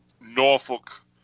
Norfolk